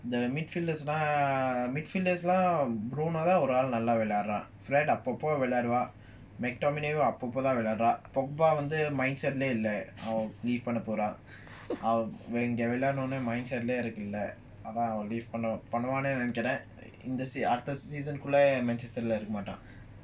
the midfielders lah midfielders நல்லவெளையாடுவான்:nalla velayaduvan fraid அப்பப்பவெளையாடுவான்:appapa velayaduvan அப்பப்பதான்வெளையாடுவான்:appapathan velayaduvan mindset laye இல்லஅவன்பண்ணபோறாஅதன்அவன்பண்ணுவானுநெனைக்கிறேன்அடுத்த:illa avan panna pora adhan avan pannuvanu nenaikren adutha season குள்ளஇருக்கமாட்டான்:kulla iruka matan